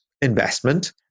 investment